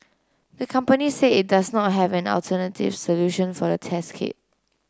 the company said it does not have an alternative solution for the test kit